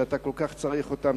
שאתה כל כך צריך אותם,